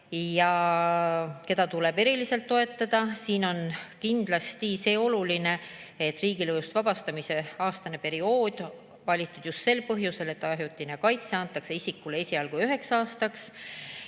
ja keda tuleb eriliselt toetada. Siin on kindlasti see oluline, et riigilõivust vabastamise aastane periood on valitud just sel põhjusel, et ajutine kaitse antakse isikule esialgu üheks aastaks.